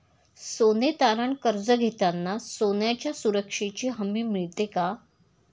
सोने तारण कर्ज घेताना सोन्याच्या सुरक्षेची हमी मिळते का?